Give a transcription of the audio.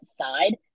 side